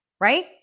right